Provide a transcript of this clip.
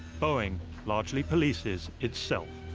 boeing largely polices itself.